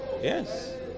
Yes